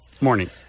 Morning